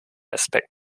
aspekt